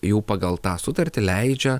jau pagal tą sutartį leidžia